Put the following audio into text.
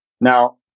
Now